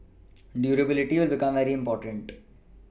durability will become very important